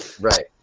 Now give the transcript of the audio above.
right